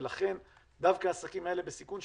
ולכן דווקא העסקים האלה בסיכון,